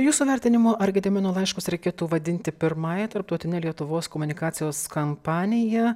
jūsų vertinimu ar gedimino laiškus reikėtų vadinti pirmąja tarptautine lietuvos komunikacijos kampanija